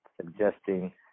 suggesting